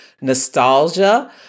nostalgia